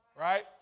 Right